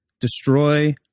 destroy